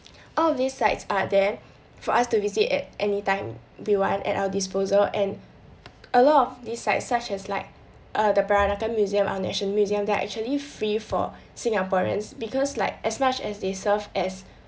all of these sites out there for us to visit at anytime we want at our disposal and a lot of these sites such as like uh the peranakan museum our national museum they are actually free for singaporeans because like as much as they serve as